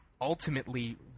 ultimately